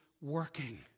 working